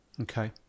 Okay